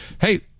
Hey